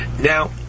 Now